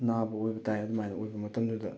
ꯅꯥꯕ ꯑꯣꯏꯕ ꯇꯥꯏ ꯑꯗꯨꯃꯥꯏꯅ ꯑꯣꯏꯕ ꯃꯇꯝꯗꯨꯗ